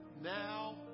Now